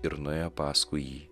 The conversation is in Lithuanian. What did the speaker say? ir nuėjo paskui jį